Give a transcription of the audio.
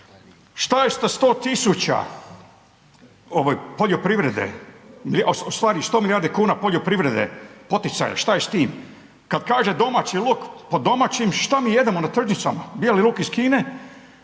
Šta je sa 100.000 ovaj poljoprivrede u stvari 100 milijardi kuna poljoprivrede poticaja, šta je s tim? Kad kaže domaći luk, pod domaćim šta mi jedemo na tržnicama, bijeli luk iz Kine,